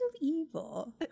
evil